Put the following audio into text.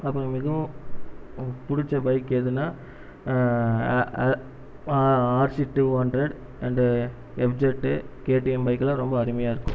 அப்புறோம் மிகவும் பிடிச்ச பைக் எதுனா ஆ அ RC two hundred and F Z KTM பைக்லாம் ரொம்ப அருமையா இருக்கும்